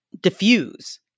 diffuse